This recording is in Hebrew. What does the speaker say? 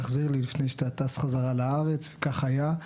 תחזיר לי לפני שאתה טס חזרה לארץ וכך היה.